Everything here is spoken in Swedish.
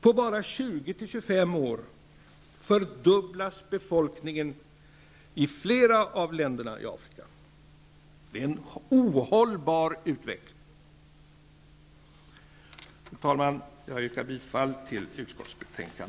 På bara 20--25 år fördubblas befolkningen i flera av länderna i Afrika. Det är en ohållbar utveckling. Fru talman! Jag yrkar bifall till utskottets hemställan.